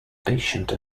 patient